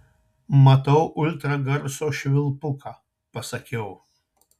matau ultragarso švilpuką pasakiau